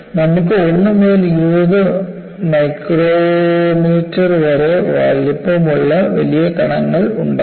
നമുക്ക് 1 മുതൽ 20 മൈക്രോമീറ്റർ വരെ വലുപ്പമുള്ള വലിയ കണങ്ങൾ ഉണ്ടാകാം